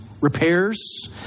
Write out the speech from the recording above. repairs